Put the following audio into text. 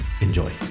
Enjoy